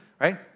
right